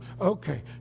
okay